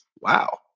wow